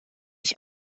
ich